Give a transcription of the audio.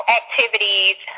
activities